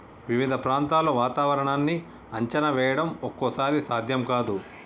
వివిధ ప్రాంతాల్లో వాతావరణాన్ని అంచనా వేయడం ఒక్కోసారి సాధ్యం కాదు